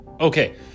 Okay